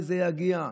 וזה יגיע,